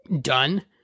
done